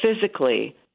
physically